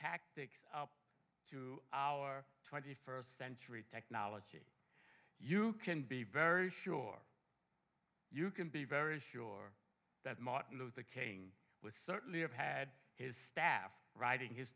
tactics to our twenty first century technology you can be very sure you can be very sure that martin luther king was certainly have had his staff writing his